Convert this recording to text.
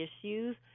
issues